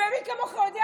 ומי כמוך יודע.